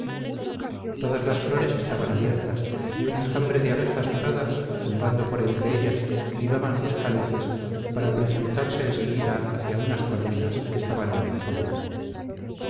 todas las flores estaban abiertas y un enjambre de abejas doradas zumbando por entre ellas libaban sus cálices para precipitarse enseguida hacia unas colmenas que estaban en el fondo